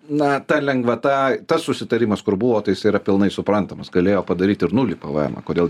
na ta lengvata tas susitarimas kur buvo tai jis yra pilnai suprantamas galėjo padaryt ir nulį pvmą kodėl